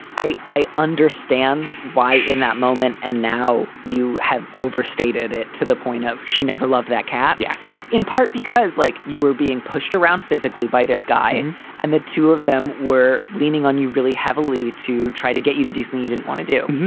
i i understand why in that moment and now you have overstated it to the point of she never loved that cat. yes. in part because like you were being pushed around physically by this guy and and the two of them were leaning on you really heavily to try to get you to something you didn't want to do.